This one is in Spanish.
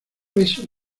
pesos